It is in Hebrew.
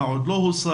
מה עוד לא הושג.